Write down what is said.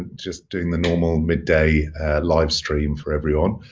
just doing the normal midday live stream for everyone.